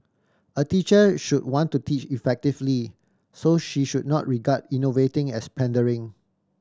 a teacher should want to teach effectively so she should not regard innovating as pandering